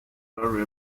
worry